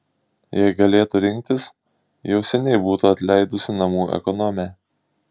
jei galėtų rinktis jau seniai būtų atleidusi namų ekonomę